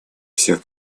всех